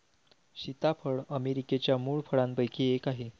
सीताफळ अमेरिकेच्या मूळ फळांपैकी एक आहे